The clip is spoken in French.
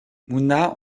mouna